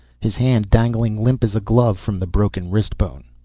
his hand dangling limp as a glove from the broken wrist bones.